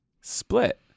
Split